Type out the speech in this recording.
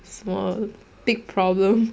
什么 big problem